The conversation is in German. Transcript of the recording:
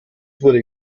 wurde